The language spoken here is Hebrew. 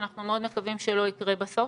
שאנחנו מאוד מקווים שלא יקרה בסוף,